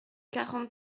quarante